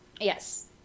Yes